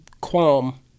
qualm